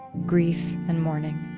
grief and mourning.